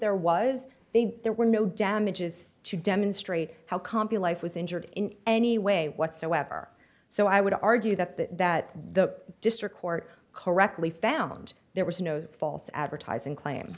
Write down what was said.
there was a there were no damages to demonstrate how compu life was injured in any way whatsoever so i would argue that the that the district court correctly found there was no false advertising cla